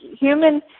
human